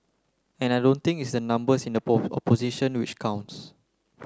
and I don't think it's the numbers in the opposition which counts